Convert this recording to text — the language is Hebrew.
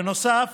בנוסף,